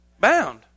bound